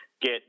get